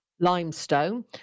Limestone